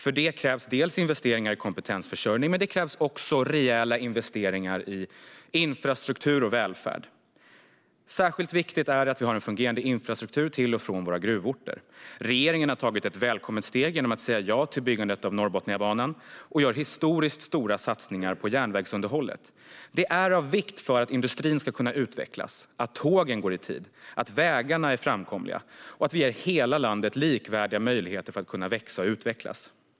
För detta krävs investeringar i kompetensförsörjning och rejäla investeringar i infrastruktur och välfärd. Särskilt viktigt är det att det finns en fungerande infrastruktur till och från våra gruvorter. Regeringen har tagit ett välkommet steg genom att säga ja till byggandet av Norrbotniabanan och gör historiskt stora satsningar på järnvägsunderhåll. Det är av vikt för att industrin ska kunna utvecklas att tågen går i tid, att vägarna är framkomliga och att hela landet får likvärdiga möjligheter att växa och utvecklas.